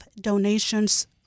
donations